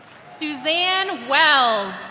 suzanne wells